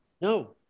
no